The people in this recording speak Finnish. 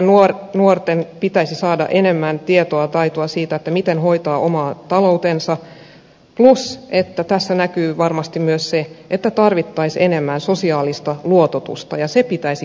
meidän nuortemme pitäisi saada enemmän tietoa taitoa siitä miten hoitaa oma taloutensa plus tässä näkyy varmasti myös se että tarvittaisiin enemmän sosiaalista luototusta ja sitä pitäisi kehittää